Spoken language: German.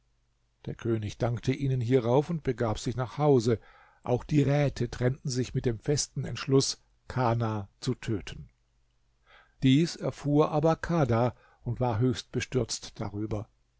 der könig dankte ihnen hierauf und begab sich nach hause auch die räte trennten sich mit dem festen entschluß kana zu töten dies erfuhr aber kadha und war höchst bestürzt darüber